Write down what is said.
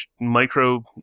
micro